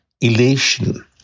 elation